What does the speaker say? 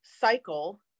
cycle